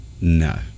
No